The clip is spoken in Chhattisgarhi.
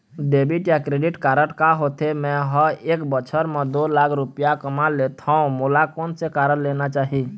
डेबिट या क्रेडिट कारड का होथे, मे ह एक बछर म दो लाख रुपया कमा लेथव मोला कोन से कारड लेना चाही?